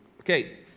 Okay